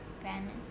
brandon